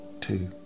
two